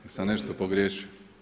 Jesam nešto pogriješio?